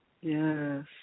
Yes